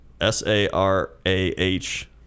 S-A-R-A-H